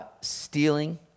stealing